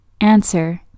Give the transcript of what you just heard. answer